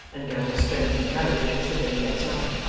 and gathers strength and courage as the day gets on.